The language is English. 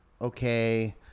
Okay